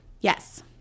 Yes